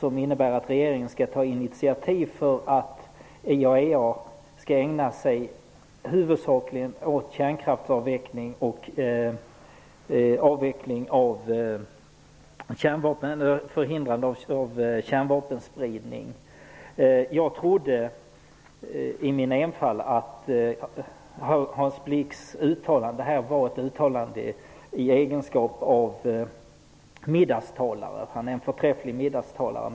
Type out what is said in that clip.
Den innebär att regeringen skall ta initiativ för att IAEA skall ägna sig huvudsakligen åt kärnkraftsavveckling och förhindrande av kärnvapenspridning. Jag trodde i min enfald att Hans Blix gjorde sitt uttalande i egenskap av middagstalare. Han är en förträfflig middagstalare.